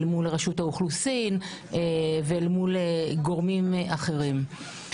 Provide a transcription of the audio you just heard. אל מול רשות האוכלוסין ואל מול גורמים אחרים.